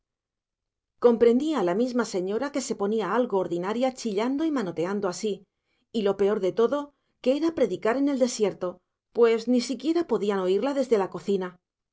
comprendía la misma señora que se ponía algo ordinaria chillando y manoteando así y lo peor de todo que era predicar en desierto pues ni siquiera podían oírla desde la cocina